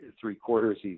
three-quarters